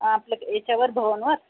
आपलं याच्यावर भवनवर